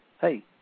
Hey